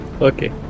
Okay